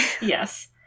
Yes